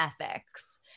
ethics